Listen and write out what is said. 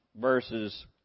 verses